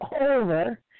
over